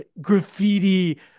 graffiti